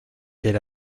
did